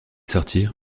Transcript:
sortir